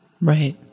Right